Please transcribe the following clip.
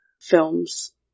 films